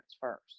first